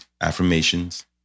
affirmations